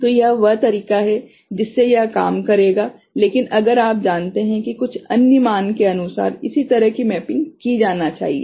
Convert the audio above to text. तो यह वह तरीका है जिससे यह काम करेगा लेकिन अगर आप जानते हैं कि कुछ अन्य मान के अनुसार इसी तरह की मैपिंग की जानी चाहिए